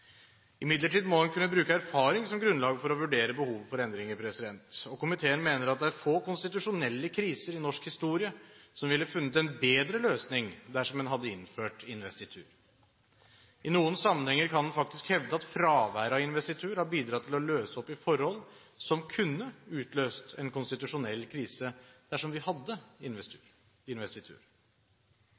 Imidlertid må en kunne bruke erfaring som grunnlag for å vurdere behovet for endringer. Komiteen mener det er få konstitusjonelle kriser i norsk historie som ville funnet en bedre løsning dersom en hadde innført investitur. I noen sammenhenger kan man faktisk hevde at fravær av investitur har bidratt til å løse opp i forhold som kunne utløst en konstitusjonell krise.